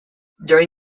during